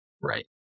Right